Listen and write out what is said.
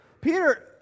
Peter